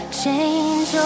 change